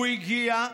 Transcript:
הוא הגיע,